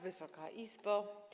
Wysoka Izbo!